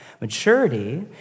Maturity